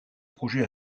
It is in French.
projet